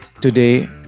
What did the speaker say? Today